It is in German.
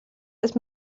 ist